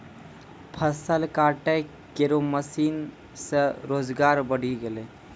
फसल काटै केरो मसीन सें रोजगार बढ़ी गेलै